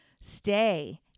Stay